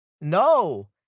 No